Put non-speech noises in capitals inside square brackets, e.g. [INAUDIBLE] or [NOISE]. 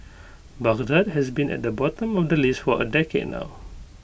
[NOISE] Baghdad has been at the bottom of the list for A decade now